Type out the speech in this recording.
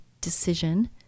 decision